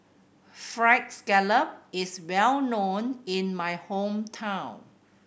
Fried Scallop is well known in my hometown